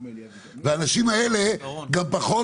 גם אדם רוסי.